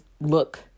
look